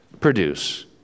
produce